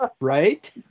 Right